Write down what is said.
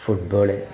football